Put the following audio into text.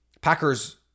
Packers